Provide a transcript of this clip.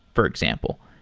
for example.